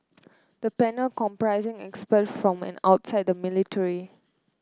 the panel comprising expert from and outside the military